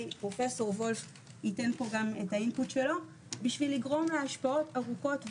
פרופ' וולף ייתן את האינפוט שלו כדי לגרום להשפעות ארוכות טווח,